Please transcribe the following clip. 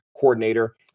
coordinator